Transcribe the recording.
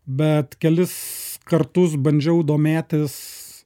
bet kelis kartus bandžiau domėtis